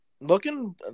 looking